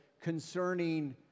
concerning